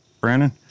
Brandon